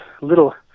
little